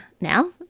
now